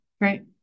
Right